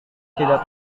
tidak